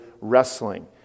wrestling